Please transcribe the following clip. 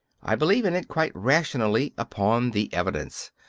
i believe in it quite rationally upon the evidence.